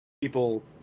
people